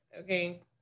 Okay